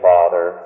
Father